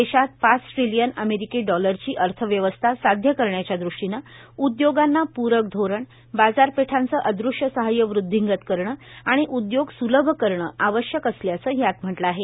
देशात पाच ट्रिलियन अमेरिकी डॉलरची अर्थव्यवस्था साध्य करण्याच्या दृष्टीनं उद्योगांना पूरक धोरण बाजारपेठांचं अदृश्य सहाय्य वृद्धिंगत करणे आणि उद्योग सुलभ करणे आवश्यक असल्याचं यात म्हट्लं आहे